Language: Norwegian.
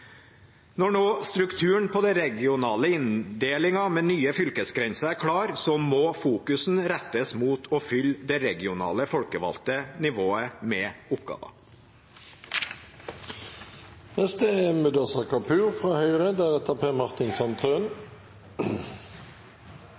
Når nå strukturen på den regionale inndelingen med nye fylkesgrenser er klar, må fokuset rettes mot å fylle det regionale folkevalgte nivået med